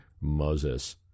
Moses